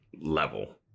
level